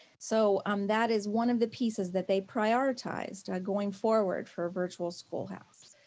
so um that is one of the pieces that they prioritized going forward for virtual schoolhouse.